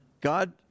God